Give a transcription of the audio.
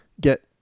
get